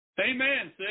Amen